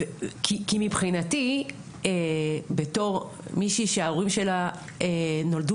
כי מבחינתי בתור מישהי שההורים שלה נולדו